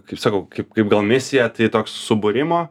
kaip sakau kaip kaip gal misija tai toks subūrimo